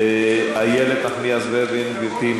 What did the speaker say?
איילת נחמיאס ורבין, גברתי.